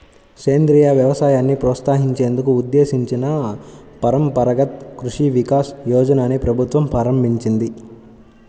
సేంద్రియ వ్యవసాయాన్ని ప్రోత్సహించేందుకు ఉద్దేశించిన పరంపరగత్ కృషి వికాస్ యోజనని ప్రభుత్వం ప్రారంభించింది